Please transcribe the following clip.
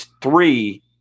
three